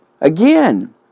again